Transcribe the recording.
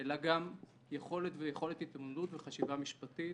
אלא גם יכולת ויכולת התמודדות וחשיבה משפטית.